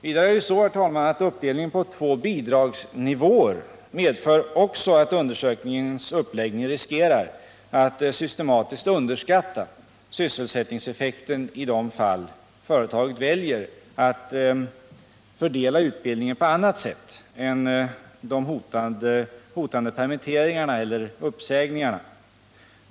Vidare är det så, herr talman, att man med den uppläggning undersökningen har när det gäller uppdelningen på två bidragsnivåer riskerar att systematiskt underskatta sysselsättningseffekten i de fall företagen väljer att fördela utbildningen på annat sätt än enbart med hänsyn till de hotande uppsägningarna.